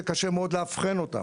שקשה מאוד לאבחן אותם,